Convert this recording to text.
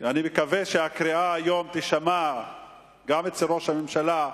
אני מקווה שהקריאה תישמע היום גם אצל ראש הממשלה,